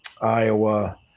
Iowa